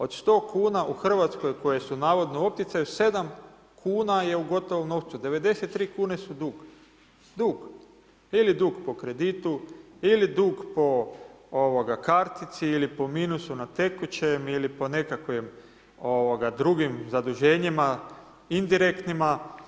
Od sto kuna u Hrvatskoj koje su navodno u opticaju sedam kuna je u gotovom novcu 93 kune su dug, dug ili dug po kreditu ili dug po kartici ili po minusu na tekućem ili nekakvim drugim zaduženjima indirektnima.